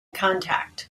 contact